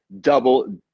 double